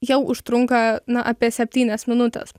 jau užtrunka na apie septynias minutes